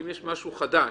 אם יש משהו חדש